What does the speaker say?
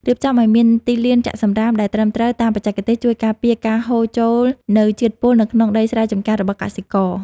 រៀបចំឱ្យមានទីលានចាក់សំរាមដែលត្រឹមត្រូវតាមបច្ចេកទេសជួយការពារការហូរចូលនូវជាតិពុលទៅក្នុងដីស្រែចម្ការរបស់កសិករ។